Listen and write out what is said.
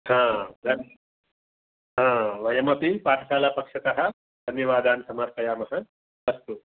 वयमपि पाठशालापक्षतः धन्यवादान् सर्मपयामः अस्तु